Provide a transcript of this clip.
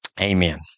Amen